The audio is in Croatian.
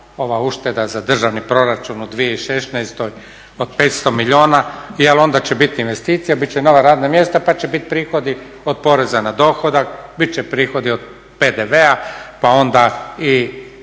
ova ušteda za državni proračun u 2016. od petsto milijuna jer onda će bit investicija, bit će nova radna mjesta pa će bit prihodi od poreza na dohodak, bit će prihodi od PDV-a pa onda i